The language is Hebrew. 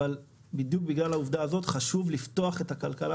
אבל בדיוק בגלל העובדה הזו חשוב לפתוח את הכלכלה